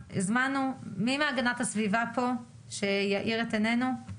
מי מהגנת הסביבה פה להאיר את עינינו?